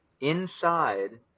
inside